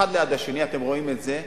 אחד ליד השני, אתם רואים את זה,